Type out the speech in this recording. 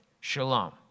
Shalom